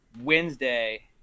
wednesday